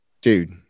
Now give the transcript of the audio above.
Dude